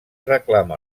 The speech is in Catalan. reclama